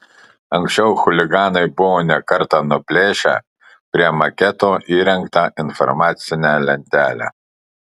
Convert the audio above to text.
anksčiau chuliganai buvo ne kartą nuplėšę prie maketo įrengtą informacinę lentelę